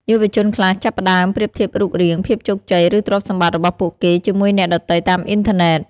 យុវជនខ្លះចាប់ផ្តើមប្រៀបធៀបរូបរាង ភាពជោគជ័យ ឬទ្រព្យសម្បត្តិរបស់ពួកគេជាមួយអ្នកដទៃតាមអ៊ីនធឺណិត។